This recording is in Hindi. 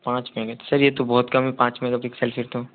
पाँच ये तो बहुत कम है पाँच मेगापिक्सल है तो